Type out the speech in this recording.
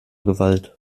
gewalt